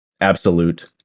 Absolute